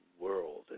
world